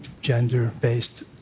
gender-based